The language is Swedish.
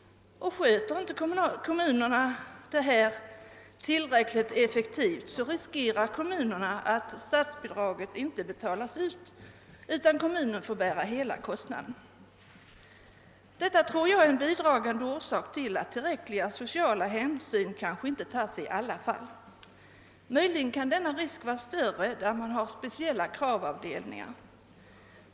Sköter inte kommunerna detta tillräckligt effektivt, riskerar de att statsbidraget inte betalas ut, utan kommunen får bära hela kostnaden. Jag tror att detta är en bidragande orsak till att tillräckliga sociala hänsyn kanske inte tas i alla fall. Möjligen kan denna risk vara större där man har speciella kravavdelningar.